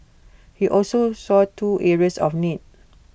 he also saw two areas of need